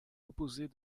opposés